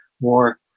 more